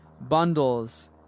bundles